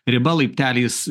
riba laipteliais